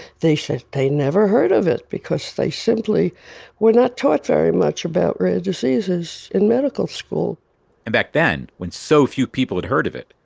they said they never heard of it because they simply were not taught very much about rare diseases in medical school and back then, when so few people had heard of it,